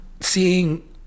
seeing